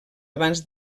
abans